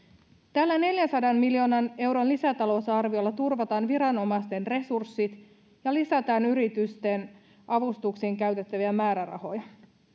tällä neljänsadan miljoonan euron lisätalousarviolla turvataan viranomaisten resurssit ja lisätään yritysten avustuksiin käytettäviä määrärahoja